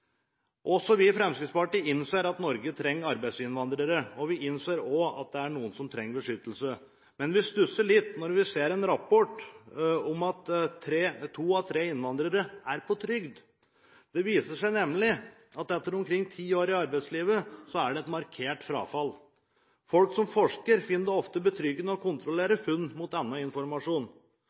Også vi i Fremskrittspartiet innser at Norge trenger arbeidsinnvandrere, og vi innser også at det er noen som trenger beskyttelse. Men vi stusser litt når vi leser i en rapport at to av tre innvandrere er på trygd. Det viser seg nemlig at etter omkring ti år i arbeidslivet er det et markert frafall. Folk som forsker, finner det ofte betryggende å kontrollere funn mot annen informasjon.